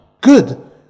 good